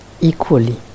equally